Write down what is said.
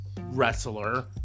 wrestler